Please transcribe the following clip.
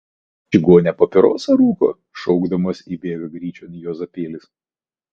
mama čigonė papirosą rūko šaukdamas įbėga gryčion juozapėlis